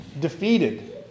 defeated